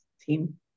team